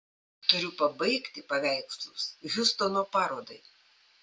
turiu pabaigti paveikslus hjustono parodai